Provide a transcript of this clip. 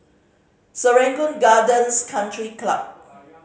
Serangoon Gardens Country Club